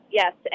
yes